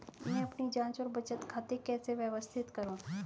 मैं अपनी जांच और बचत खाते कैसे व्यवस्थित करूँ?